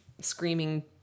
screaming